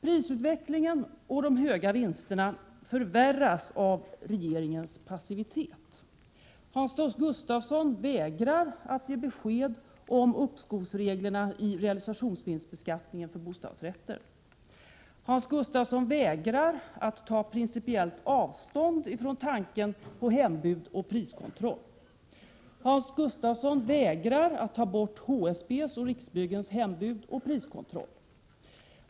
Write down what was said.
Prisutvecklingen förvärras och de höga vinsterna förstärks av regeringens passivitet. Hans Gustafsson vägrar att ge besked om uppskovsreglerna när det gäller realisationsvinstbeskattningen av bostadsrätter. Hans Gustafsson vägrar att ta principiellt avstånd från tanken på hembud och priskontroll. Hans Gustafsson vägrar att ta bort HSB:s och Riksbyggens hembud och priskontroll.